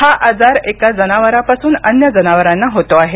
हा आजार एका जनावरापासून अन्य जनावरांना होतो आहे